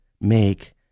make